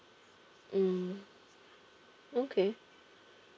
mm okay